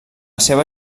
seva